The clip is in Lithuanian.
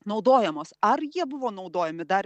naudojamos ar jie buvo naudojami dar